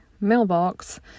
mailbox